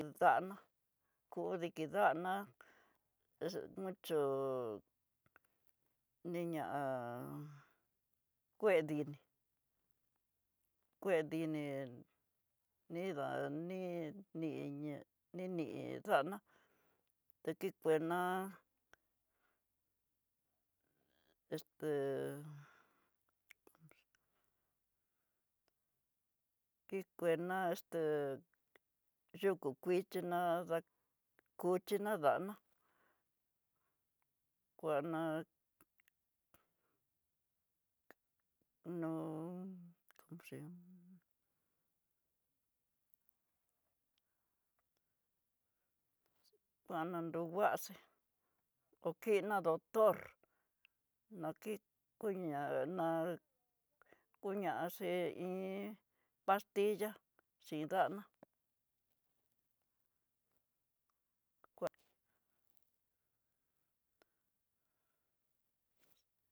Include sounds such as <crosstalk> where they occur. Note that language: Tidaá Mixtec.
Daná kó dikidana es mucho niña'a kue diní ni dá ní, ni ñá ni- ni da'a ná tá kikuena esté <hesitation> ki kena este yukú kuixina, kuchina da'ana kuna no como se llama, <hesitation> kuana dó kuaxe ho kina doctor na kid koñá na kuñaxe iin pastilla xin nda'ana ku'a.